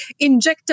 injectable